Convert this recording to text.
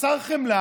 חסר חמלה,